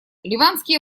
ливанские